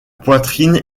poitrine